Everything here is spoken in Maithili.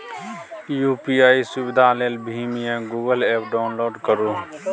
यु.पी.आइ सुविधा लेल भीम या गुगल एप्प डाउनलोड करु